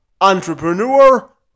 entrepreneur